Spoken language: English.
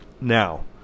Now